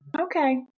Okay